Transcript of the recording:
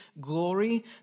glory